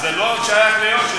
אבל זה לא שייך ליושר.